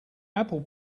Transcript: apple